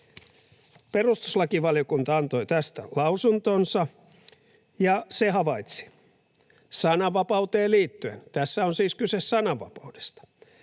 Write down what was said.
Perustuslakivaliokunta antoi tästä lausuntonsa, ja se havaitsi sananvapauteen liittyen — tässä on siis kyse sananvapaudesta